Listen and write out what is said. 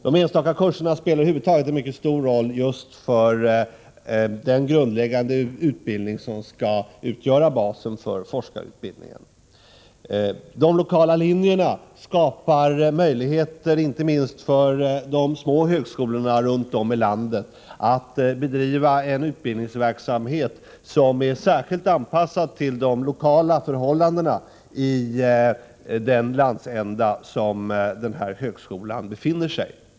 De enstaka kurserna spelar över huvud taget en mycket stor roll just för den grundläggande utbildning som skall utgöra basen för forskarutbildningen. De lokala linjerna skapar möjligheter inte minst för de små högskolorna runt om i landet att bedriva en utbildningsverksamhet som är särskilt anpassad till de lokala förhållandena i den landsända där resp. högskola befinner sig.